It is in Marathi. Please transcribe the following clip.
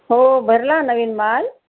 हो भरला नवीन माल